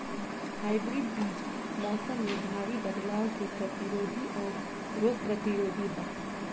hybrid बीज मौसम में भारी बदलाव के प्रतिरोधी और रोग प्रतिरोधी ह